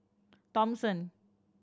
Thomson